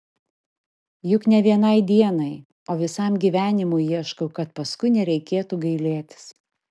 juk ne vienai dienai o visam gyvenimui ieškau kad paskui nereikėtų gailėtis